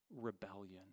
rebellion